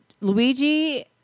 Luigi